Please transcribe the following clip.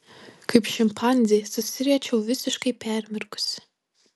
kaip šimpanzė susiriečiau visiškai permirkusi